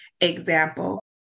example